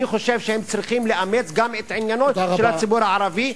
אני חושב שהם צריכים לאמץ גם את עניינו של הציבור הערבי,